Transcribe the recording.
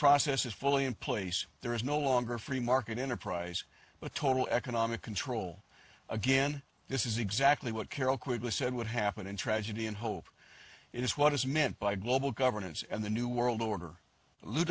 process is fully in place there is no longer free market enterprise but total economic control again this is exactly what carroll quigley said would happen in tragedy and hope it is what is meant by global governance and the new world order lou